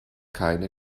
keine